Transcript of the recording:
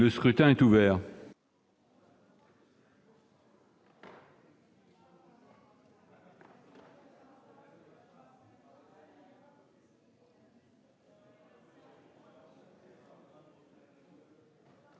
Le scrutin est ouvert.